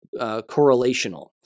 Correlational